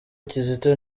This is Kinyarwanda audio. kizito